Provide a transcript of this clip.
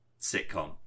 sitcom